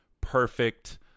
perfect